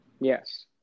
Yes